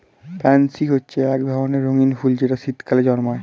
pansy হচ্ছে এক ধরনের রঙিন ফুল যেটা শীতকালে জন্মায়